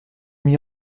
m’y